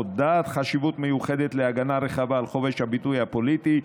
שבה נודעת חשיבות מיוחדת להגנה רחבה על חופש הביטוי הפוליטי,